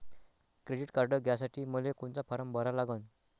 Credit card घ्यासाठी मले कोनचा फारम भरा लागन?